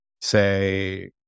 say